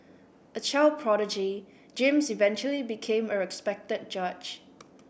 a child prodigy James eventually became a respected judge